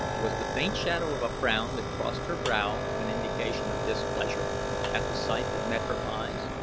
was the faint shadow of a frown that crossed her brow an indication of displeasure at the sight that met her eyes,